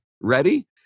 ready